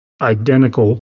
identical